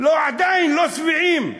עדיין לא שבעים.